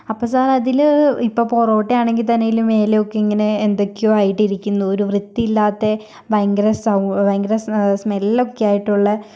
അപ്പം സാർ അതില് ഇപ്പം പൊറോട്ട ആണെങ്കിൽ തന്നേലും ഇലയൊക്കെ ഇങ്ങനെ എന്തൊക്കെയോ ആയിട്ടിരിക്കുന്നു ഒരു വൃത്തിയില്ലാത്ത ഭയങ്കര സൗ ഭയങ്കര സ്മെല്ലൊക്കെ ആയിട്ടുള്ള